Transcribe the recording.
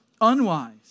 unwise